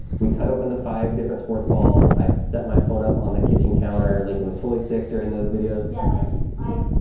we cut open the five different sports balls, i set my phone up on the kitchen counter, lincoln was totally sick during those videos. yeah, like i